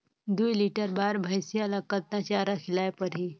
दुई लीटर बार भइंसिया ला कतना चारा खिलाय परही?